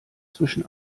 zwischen